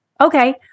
okay